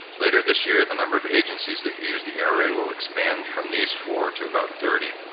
later this year, the number of agencies that use the era will expand from these four to about thirty.